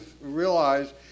realize